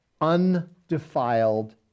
undefiled